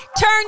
Turn